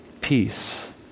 Peace